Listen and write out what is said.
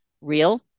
real